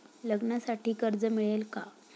लग्नासाठी कर्ज मिळेल का?